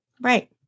Right